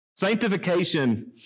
Sanctification